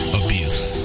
abuse